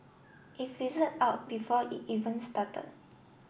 it fizzled out before it even started